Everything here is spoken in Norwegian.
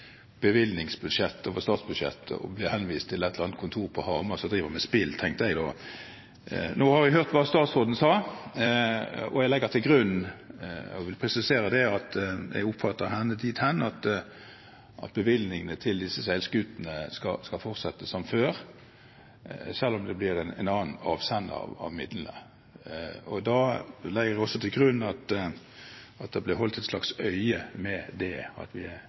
over statsbudsjettet, og det å bli henvist til et eller annet kontor på Hamar som driver med spill, tenkte jeg da. Nå har jeg hørt hva statsråden sa, og jeg legger til grunn – og vil presisere – at jeg oppfattet henne dit hen at bevilgningene til disse seilskutene skal fortsette som før, selv om det blir en annen avsender av midlene. Da legger jeg også til grunn at det blir holdt et slags øye med det, at vi er